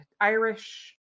Irish